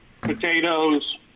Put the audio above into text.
potatoes